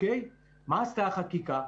מה עשתה החקיקה?